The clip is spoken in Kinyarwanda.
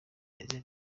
meze